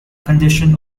condition